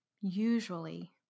usually